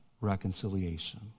reconciliation